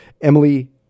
Emily